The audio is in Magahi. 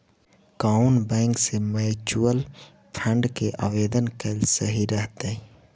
कउन बैंक से म्यूचूअल फंड के आवेदन कयल सही रहतई?